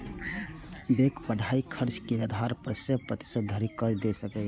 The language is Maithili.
बैंक पढ़ाइक खर्चक आधार पर सय प्रतिशत धरि कर्ज दए सकैए